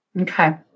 Okay